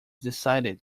decided